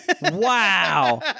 Wow